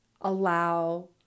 allow